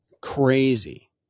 crazy